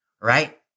Right